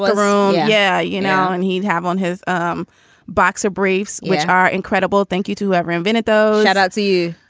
but room. yeah. you know, and he'd have on his um boxer briefs, which are incredible. thank you to every minute, though, that out to you.